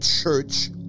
church